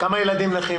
כמה ילדים נכים